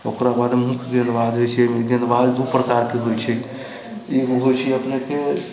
ओकर बाद मुख्य गेंदबाज होइत छै गेंदबाज दू प्रकारके होइत छै एगो होइत छै अपनेके